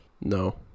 no